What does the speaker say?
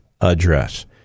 address